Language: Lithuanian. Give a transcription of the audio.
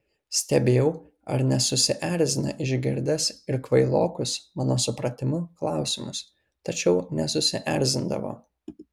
stebėjau ar nesusierzina išgirdęs ir kvailokus mano supratimu klausimus tačiau nesusierzindavo